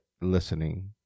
listening